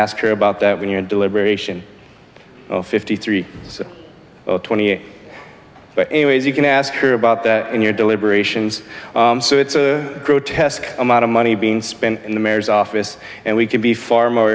ask her about that when you're deliberation fifty three twenty but anyways you can ask her about that in your deliberations so it's a grotesque amount of money being spent in the mayor's office and we could be far more